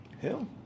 hell